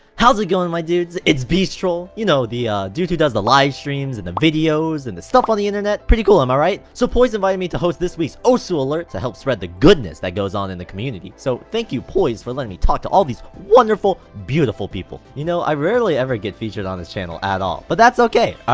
how is it going my dudes, it's beasttroll you know the dude who does the livestreams and the videos and the stuff on the internet pretty cool, am i right? so poised invited me to host this week's osu alert to help spread the goodness that goes on in the community so thank you poised for letting me talk to all these wonderful beautiful people you know i rarely ever get featured on this channel at all, but that's okay, alright,